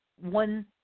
one